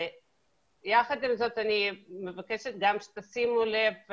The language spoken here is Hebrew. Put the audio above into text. יחד עם זאת אני מבקשת שתשימו לב,